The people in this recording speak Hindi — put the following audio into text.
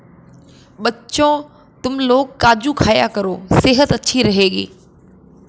बच्चों, तुमलोग काजू खाया करो सेहत अच्छी रहेगी